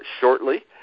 shortly